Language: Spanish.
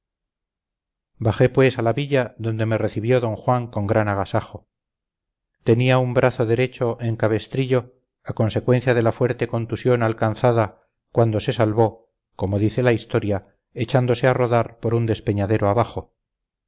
pues a la villa donde me recibió d juan con gran agasajo tenía un brazo derecho en cabestrillo a consecuencia de la fuerte contusión alcanzada cuando se salvó como dice la historia echándose a rodar por un despeñadero abajo